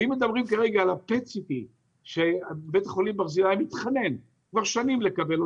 אם מדברים על PET CT שבית חולים ברזילי מתחנן לקבל כבר שנים,